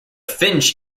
finch